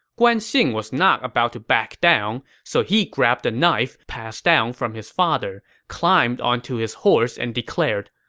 guan xing was not about to back down, so he grabbed a knife passed down from his father, climbed onto his horse, and declared,